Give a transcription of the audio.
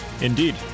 indeed